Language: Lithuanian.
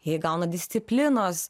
jie gauna disciplinos